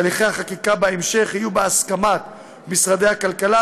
שהליכי החקיקה בהמשך יהיו בהסכמת משרדי הכלכלה,